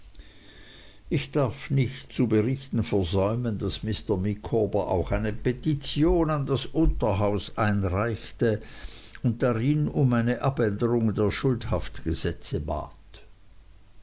ich darf nicht zu berichten versäumen daß mr micawber auch eine petition an das unterhaus einreichte und darin um eine abänderung der schuldhaftgesetze bat